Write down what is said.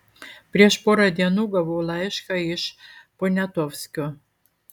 prieš porą dienų gavau laišką iš poniatovskio